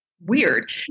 weird